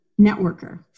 networker